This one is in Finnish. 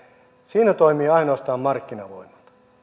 siinä toimivat ainoastaan markkinavoimat